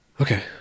Okay